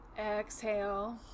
exhale